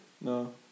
No